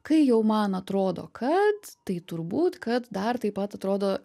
kai jau man atrodo kad tai turbūt kad dar taip pat atrodo